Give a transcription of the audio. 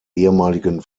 ehemaligen